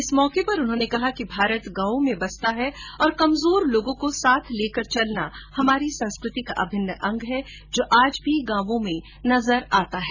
इस मौके पर उन्होने कहा कि भारत गांवों में बसता है और कमजोर लोगों को साथ लेकर चलना हमारी संस्कृति का अभिन्न अंग है जो आज भी गांवों में नजर आता है